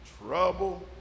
trouble